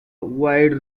wide